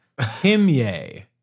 Kimye